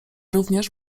również